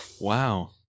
Wow